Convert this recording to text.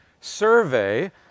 survey